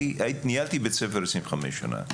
ניהלתי בית ספר במשך 25 שנה.